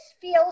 feels